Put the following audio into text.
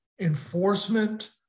enforcement